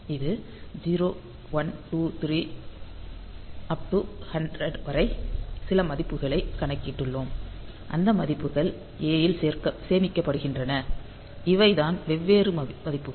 இது 0 1 2 3 100 வரை சில மதிப்புகளைக் கணக்கிட்டுள்ளோம் அந்த மதிப்புகள் A இல் சேமிக்கப்படுகின்றன இவை தான் வெவ்வேறு மதிப்புகள்